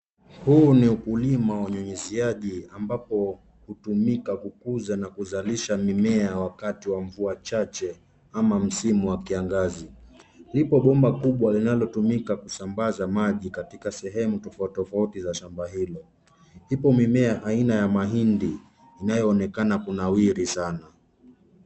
Huu ni ukulima wa unyunyiziaji ambapo hutumika kukuza na kuzalisha mimea wakati wa mvua chache ama msimu wa kiangazi. Lipo bomba kubwa linalotumika kusambaza maji katika sehemu tofauti tofauti za shamba hilo. Ipo mimea aina ya mahindi inayoonekana kunawiri sana.